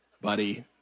buddy